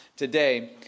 today